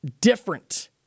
different